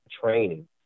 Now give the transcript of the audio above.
training